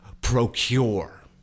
procure